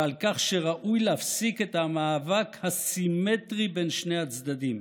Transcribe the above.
ועל כך שראוי להפסיק את המאבק הסימטרי בין שני הצדדים.